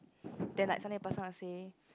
then like ask this person to say